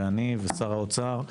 ואני ושר האוצר.